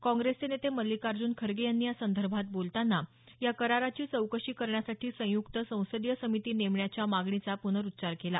काँग्रेसचे नेते मल्लिकार्जुन खरगे यांनी यासंदर्भात बोलताना या कराराची चौकशी करण्यासाठी संयुक्त संसदीय समिती नेमण्याच्या मागणीचा पुनरुच्चार केला